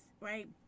right